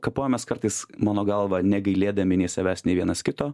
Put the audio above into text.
kapojamas kartais mano galva negailėdami nei savęs nei vienas kito